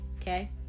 okay